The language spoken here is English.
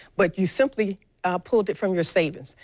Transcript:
but you simply pulled it from your savings.